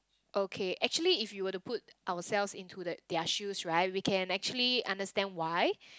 okay actually if you were to put ourselves into the their shoes right we can actually understand why